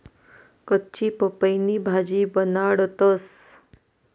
कच्ची पपईनी भाजी बनाडतंस